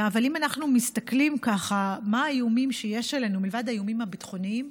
אם אנחנו מסתכלים מה האיומים שיש עלינו מלבד האיומים הביטחוניים,